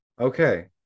okay